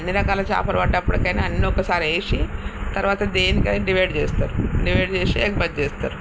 అన్ని రకాల చేపలు పడ్డ అప్పటికైనా అన్ని ఒకసారి వేసి తర్వాత దేనికని డివైడ్ చేస్తారు డివైడ్ చేసి ఎగుమతి చేస్తారు